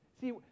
See